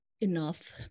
enough